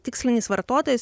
tikslinis vartotojas